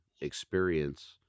experience